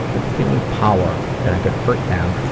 but the feeling of power, that i could hurt them,